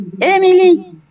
Emily